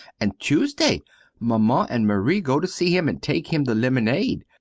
and tuesday maman and marie go to see him and take him the lemonade.